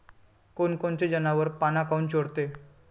कोनकोनचे जनावरं पाना काऊन चोरते?